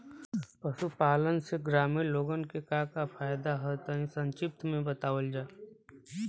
पशुपालन से ग्रामीण लोगन के का का फायदा ह तनि संक्षिप्त में बतावल जा?